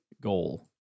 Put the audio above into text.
goal